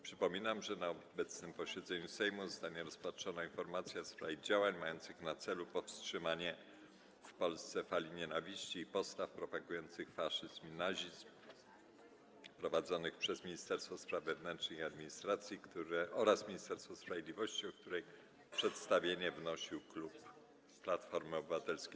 Przypominam, że na obecnym posiedzeniu Sejmu zostanie rozpatrzona informacja w sprawie działań mających na celu powstrzymanie szerzącej się w Polsce fali nienawiści i postaw propagujących faszyzm i nazizm prowadzonych przez Ministerstwo Spraw Wewnętrznych i Administracji oraz Ministerstwo Sprawiedliwości, o której przedstawienie wnosił klub Platformy Obywatelskiej.